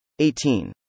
18